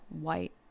white